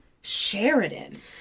Sheridan